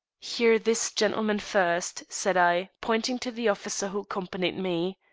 hear this gentleman first, said i, pointing to the officer who accompanied me.